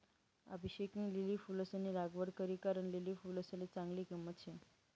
अभिषेकनी लिली फुलंसनी लागवड करी कारण लिली फुलसले चांगली किंमत शे